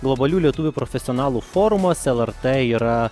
globalių lietuvių profesionalų forumas lrt yra